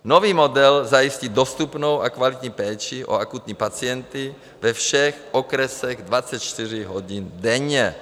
Nový model zajistí dostupnou a kvalitní péči o akutní pacienty ve všech okresech 24 hodin denně.